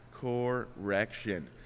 Correction